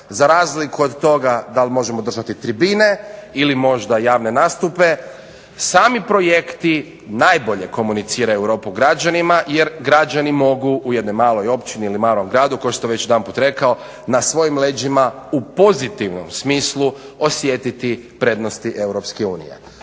za razliku od toga da li možemo održati tribine ili možda javne nastupe, sami projekti najbolje komuniciraju Europu građanima, jer građani mogu u jednoj maloj općini ili malom gradu kao što sam već jedanput rekao, na svojim leđima u pozitivnom smislu osjetiti prednosti EU. Mi